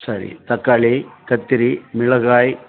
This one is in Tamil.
சரி தக்காளி கத்திரி மிளகாய்